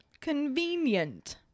Convenient